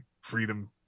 freedom